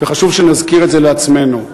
וחשוב שנזכיר את זה לעצמנו.